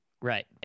Right